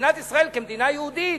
מדינת ישראל כמדינה יהודית,